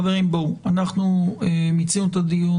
חברים, אנחנו מיצינו את הדיון.